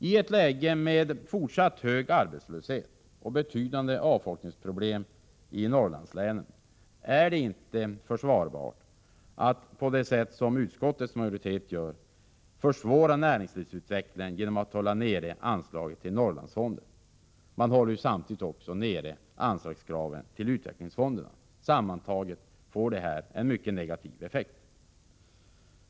I ett läge med fortsatt hög arbetslöshet och betydande avfolkningsproblem i Norrlandslänen är det inte försvarbart att på det sätt som utskottets majoritet gör försvåra näringslivsutvecklingen genom att hålla nere anslaget till Norrlandsfonden. Man håller ju samtidigt också nere anslagen till utvecklingsfonderna. Sammantaget får det här en mycket negativ effekt.